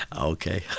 Okay